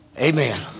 Amen